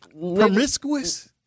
Promiscuous